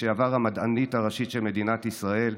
לשעבר המדענית הראשית של מדינת ישראל,